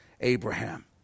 Abraham